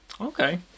Okay